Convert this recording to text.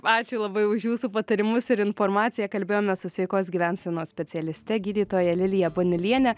ačiū labai už jūsų patarimus ir informaciją kalbėjome su sveikos gyvensenos specialiste gydytoja lilija baniuliene